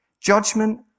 Judgment